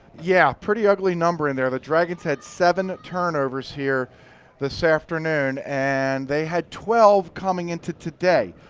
yeah, pretty ugly number in there. the dragons had seven turnovers here this afternoon. and they had twelve coming into today.